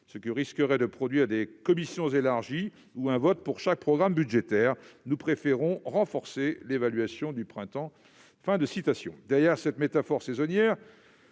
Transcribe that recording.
ce qui risque de produire des commissions élargies ou un vote pour chaque programme budgétaire ; nous préférons renforcer l'évaluation du printemps ».